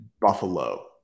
Buffalo